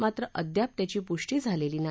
मात्र अद्याप त्याची पुष्टी झालेली नाही